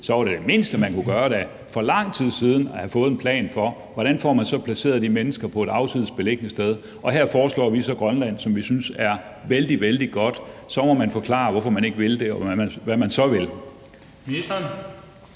Så var det mindste, man kunne gøre, da for lang tid siden at have fået en plan for, hvordan man så får placeret de mennesker på et afsides beliggende sted, og her foreslår vi så Grønland, som vi synes er vældig, vældig godt. Så må man forklare, hvorfor man ikke vil det, og hvad man så vil. Kl.